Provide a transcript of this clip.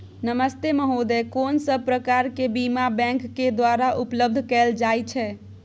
नमस्ते महोदय, कोन सब प्रकार के बीमा बैंक के द्वारा उपलब्ध कैल जाए छै?